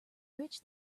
rich